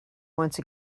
once